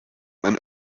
man